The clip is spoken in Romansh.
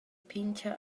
pintga